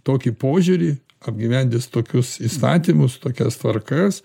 tokį požiūrį apgyvendis tokius įstatymus tokias tvarkas